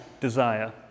desire